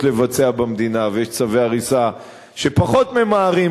לבצע במדינה ויש צווי הריסה שפחות ממהרים,